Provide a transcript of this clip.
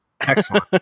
Excellent